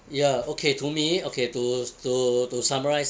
ya okay to me okay to s~ to to summarise